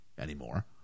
anymore